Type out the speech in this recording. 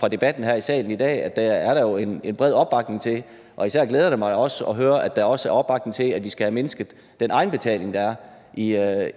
på debatten her i salen i dag, at det er der en bred opbakning til. Især glæder det mig at høre, at der også er opbakning til, at vi skal have mindsket den egenbetaling, der er